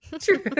True